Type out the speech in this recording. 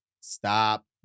stop